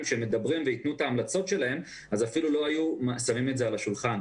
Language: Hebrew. שייתן את ההמלצות שלו אפילו לא היה שם את זה על השולחן.